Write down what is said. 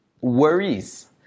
worries